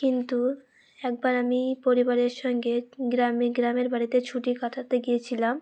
কিন্তু একবার আমি পরিবারের সঙ্গে গ্রামে গ্রামের বাড়িতে ছুটি কাটাতে গিয়েছিলাম